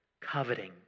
coveting